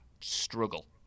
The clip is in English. struggle